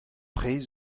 prez